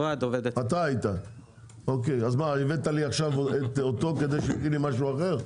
מה, הבאת לי עכשיו אותו כדי שיגיד לי משהו אחר?